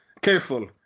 careful